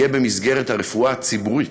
יהיה במסגרת הרפואה הציבורית,